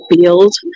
build